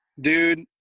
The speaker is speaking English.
dude